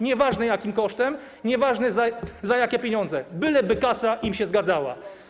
Nieważne, jakim kosztem, nieważne, za jakie pieniądze, byleby kasa im się zgadzała.